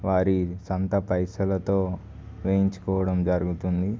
వారి సొంత పైసలతో వేయించుకోవడం జరుగుతుంది